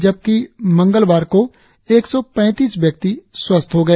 जबकि मंगलवार को एक सौ पैतीस व्यक्ति स्वस्थ हो गए